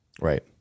Right